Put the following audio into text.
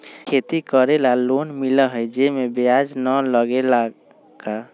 खेती करे ला लोन मिलहई जे में ब्याज न लगेला का?